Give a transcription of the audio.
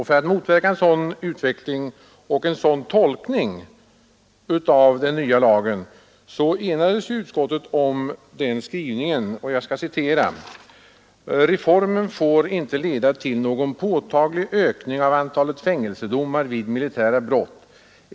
För att motverka en sådan utveckling och en sådan tolkning av den nya lagen enades utskottet om följande skrivning: ”Reformen får inte leda till någon påtaglig ökning av antalet fängelsedomar vid militära brott.